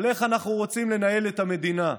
על איך אנחנו רוצים לנהל את המדינה.